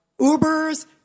Ubers